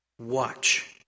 Watch